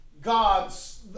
gods